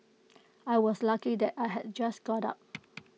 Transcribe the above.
I was lucky that I had just got up